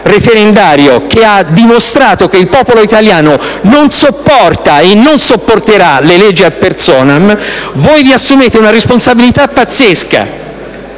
che ha dimostrato che il popolo italiano non sopporta e non sopporterà le leggi *ad personam*, vi assumete una responsabilità pazzesca.